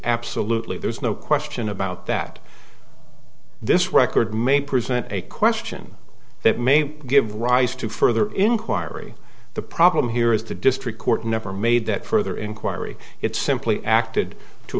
absolutely there's no question about that this record may present a question that may give rise to further inquiry the problem here is the district court never made that further inquiry it simply acted to